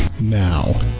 Now